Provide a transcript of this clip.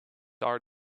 are